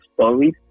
stories